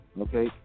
okay